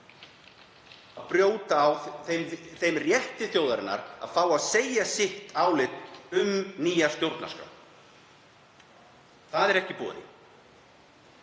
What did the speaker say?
að brjóta á þeim rétti þjóðarinnar að fá að segja álit sitt á nýrri stjórnarskrá. Það er ekki í